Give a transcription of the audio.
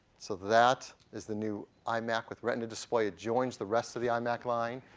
so that is the new imac with retina display. it joins the rest of the imac line.